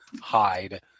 hide